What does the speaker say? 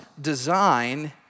design